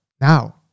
Now